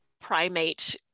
primate